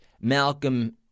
Malcolm